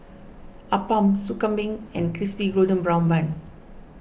Appam Sup Kambing and Crispy Golden Brown Bun